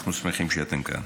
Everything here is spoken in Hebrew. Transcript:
אנחנו שמחים שאתם כאן.